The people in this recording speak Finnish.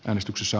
äänestyksissä